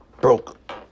broke